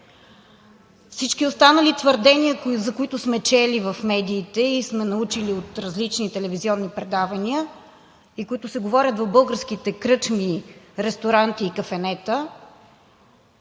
Всички останали твърдения, за които сме чели в медиите и сме научили от различни телевизионни предавания и които се говорят в българските кръчми, ресторанти и кафенета,